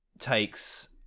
takes